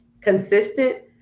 Consistent